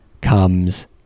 comes